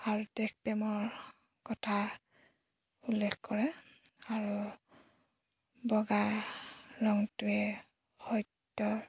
আৰু দেশপ্ৰেমৰ কথা উল্লেখ কৰে আৰু বগা ৰংটোৱে সত্য